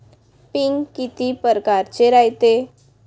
पिकं किती परकारचे रायते?